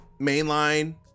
mainline